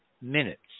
minutes